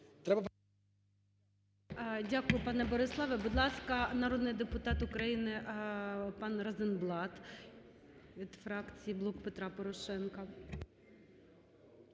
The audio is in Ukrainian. Дякую, пане Бориславе. Будь ласка, народний депутат України пан Розенблат від фракції "Блок Петра Порошенка".